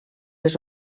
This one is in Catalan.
les